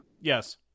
Yes